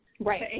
Right